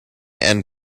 and